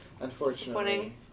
Unfortunately